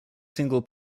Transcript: single